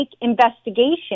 investigation